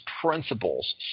principles